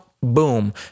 boom